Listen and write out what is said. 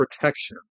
protection